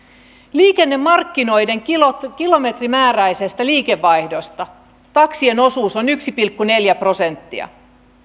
liikennemarkkinoiden kilometrimääräisestä liikevaihdosta taksien osuus on yksi pilkku neljä prosenttia